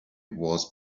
was